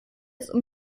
zum